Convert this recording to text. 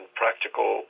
practical